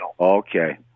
Okay